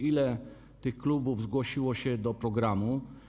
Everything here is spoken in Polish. Ile klubów zgłosiło się do programu?